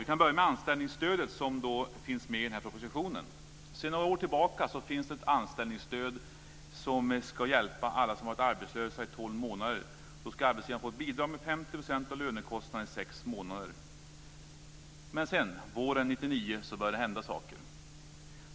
Jag kan börja med anställningsstödet, som behandlas i propositionen. Det finns sedan några år tillbaka ett anställningsstöd som ska hjälpa alla som har varit arbetslösa i tolv månader. Arbetsgivaren ska bidra med 50 % av lönekostnaden i sex månader. Våren 1999 började det dock hända saker.